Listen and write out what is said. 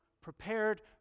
prepared